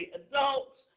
adults